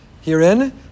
herein